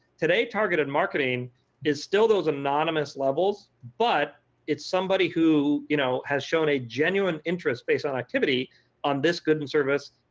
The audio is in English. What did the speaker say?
today, targeted marketing is still those anonymous levels, but it's somebody who you know has shown a genuine interest based on activity on this goods and service,